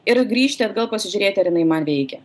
ir grįžti atgal pasižiūrėti ar jinai man veikia